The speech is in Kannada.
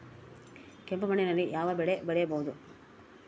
ಕೆಂಪು ಮಣ್ಣಿನಲ್ಲಿ ಯಾವ ಬೆಳೆ ಬೆಳೆಯಬಹುದು?